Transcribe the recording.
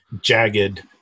jagged